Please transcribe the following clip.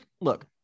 look